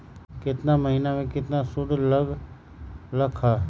केतना महीना में कितना शुध लग लक ह?